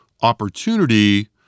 opportunity